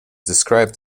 described